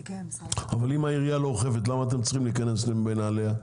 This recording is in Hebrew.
אבל אם העירייה לא אוכפת למה אתם צריכים להיכנס בנעליה?